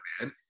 man